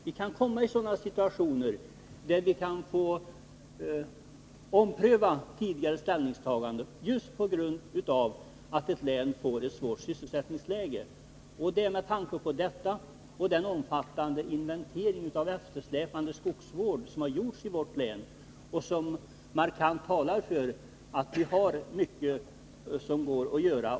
Vi kan komma i sådana situationer att vi måste ompröva tidigare ställningstaganden. Det kan vi behöva göra just på grund av att ett län får ett svårt sysselsättningsläge. Sysselsättningsläget och den omfattande inventering av eftersläpande skogsvård som har gjorts i vårt län talar markant för att det finns mycket som går att göra.